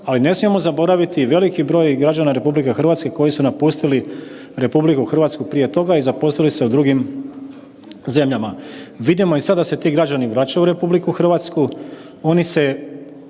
ali ne smijemo zaboraviti veliki broj građana RH koji su napustili RH prije toga i zaposlili se u drugim zemljama. Vidimo i sad da se ti građani vraćaju u RH, oni se